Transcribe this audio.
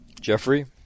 Jeffrey